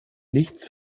nichts